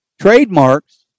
trademarks